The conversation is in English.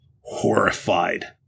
horrified